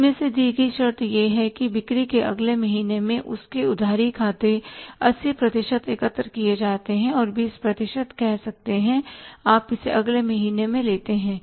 इसमें से दी गई शर्त यह है कि बिक्री के अगले महीने में उसके उधारी खाते 80 प्रतिशत एकत्र किए जाते हैं और 20 प्रतिशत कह सकते हैं कि आप इसे अगले महीने में लेते हैं